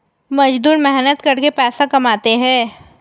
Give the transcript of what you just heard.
मजदूर मेहनत करके पैसा कमाते है